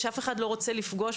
שאף אחד לא רוצה לפגוש.